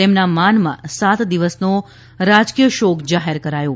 તેમના માનમાં સાત દિવસનો રાજકીય શોક જાહેર કરાયો